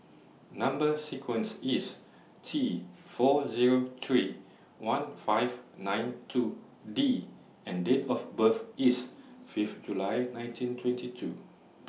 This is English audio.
Number sequence IS T four Zero three one five nine two D and Date of birth IS Fifth July nineteen twenty two